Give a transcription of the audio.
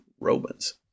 Romans